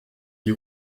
dix